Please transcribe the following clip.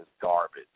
garbage